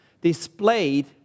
displayed